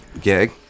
gag